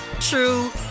true